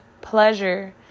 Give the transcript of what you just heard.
pleasure